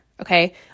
okay